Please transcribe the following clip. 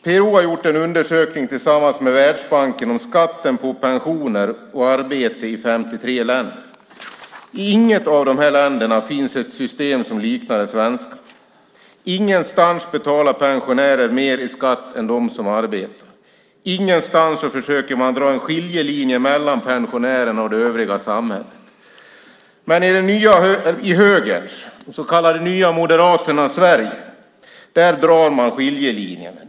PRO har gjort en undersökning tillsammans med Världsbanken om skatten på pensioner och arbete i 53 länder. I inget av de här länderna finns ett system som liknar det svenska. Ingenstans betalar pensionärer mer i skatt än de som har arbete. Ingenstans försöker man dra en skiljelinje mellan pensionärerna och det övriga samhället. Men i högerns, de så kallade Nya moderaternas, Sverige drar man skiljelinjen.